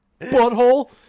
Butthole